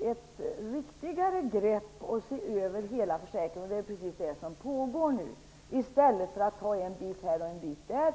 ett riktigare grepp och se över hela försäkringen, och det är precis det som nu pågår, i stället för att ta en bit här och en bit där.